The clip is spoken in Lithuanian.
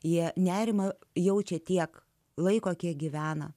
jie nerimą jaučia tiek laiko kiek gyvena